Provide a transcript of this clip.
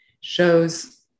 shows